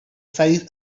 size